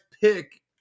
pick